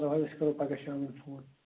چلو حظ أسۍ کَرو پگاہ شامَن فون